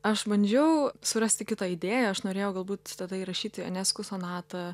aš bandžiau surasti kitą idėją aš norėjau galbūt tada įrašyti enesku sonatą